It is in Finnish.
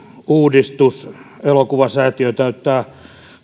uudistus elokuvasäätiö täyttää